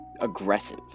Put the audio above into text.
Aggressive